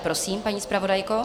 Prosím, paní zpravodajko.